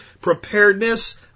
preparedness